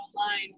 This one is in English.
online